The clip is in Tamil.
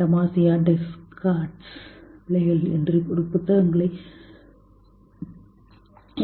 டமாசியோ டெஸ்கார்ட்ஸ் பிழைகள் என்று புத்தகங்களை